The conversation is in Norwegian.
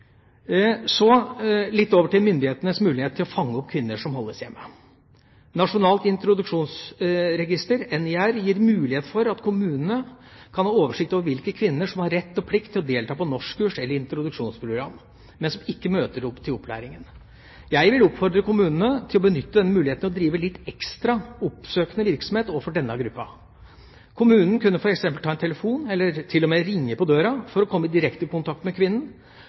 Så over til myndighetenes mulighet til å fange opp kvinner som holdes hjemme. Nasjonalt introduksjonsregister, NIR, gir mulighet for at kommunene kan ha oversikt over hvilke kvinner som har rett og plikt til å delta på norskkurs eller introduksjonsprogram, men som ikke møter opp til opplæringen. Jeg vil oppfordre kommunene til å benytte denne muligheten til å drive litt ekstra oppsøkende virksomhet overfor denne gruppen. Kommunen kunne f.eks. ta en telefon, eller til og med ringe på døra, for å komme i direkte kontakt med kvinnen